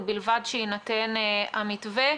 ובלבד שיינתן המתווה,